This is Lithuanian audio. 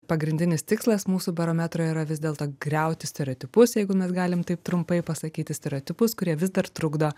pagrindinis tikslas mūsų barometro yra vis dėlto griauti stereotipus jeigu mes galim taip trumpai pasakyti stereotipus kurie vis dar trukdo